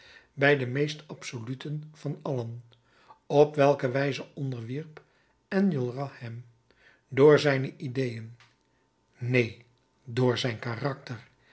bij den meest absoluten van allen op welke wijze onderwierp enjolras hem door zijne ideeën neen door zijn karakter